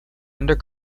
under